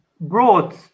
brought